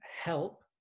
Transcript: help